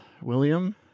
William